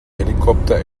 helikopter